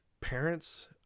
parents